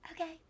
okay